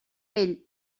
ell